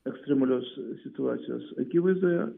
ekstremalios situacijos akivaizdoje